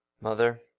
Mother